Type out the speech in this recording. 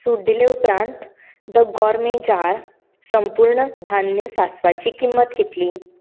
सूट दिले उपरांत the gourmet jar संपूर्ण धान्य सासवां ची किंमत कितली